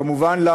כמובן,